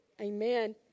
Amen